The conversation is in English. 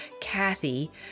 Kathy